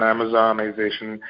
Amazonization